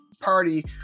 party